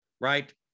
right